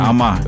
Ama